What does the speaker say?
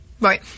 Right